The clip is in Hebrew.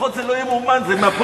לפחות זה לא ימומן, זה מהפוליטיקה.